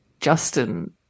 Justin